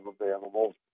available